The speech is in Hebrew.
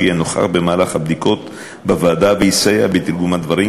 שיהיה נוכח במהלך הבדיקות בוועדה ויסייע בתרגום הדברים,